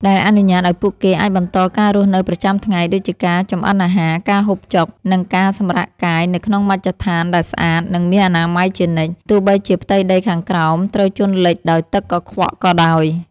ដែលអនុញ្ញាតឱ្យពួកគេអាចបន្តការរស់នៅប្រចាំថ្ងៃ ដូចជាការចម្អិនអាហារ ការហូបចុក និងការសម្រាកកាយ នៅក្នុងមជ្ឈដ្ឋានដែលស្អាត និងមានអនាម័យជានិច្ច ទោះបីជាផ្ទៃដីខាងក្រោមត្រូវជន់លិចដោយទឹកកខ្វក់ក៏ដោយ។